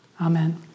Amen